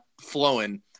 flowing